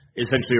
essentially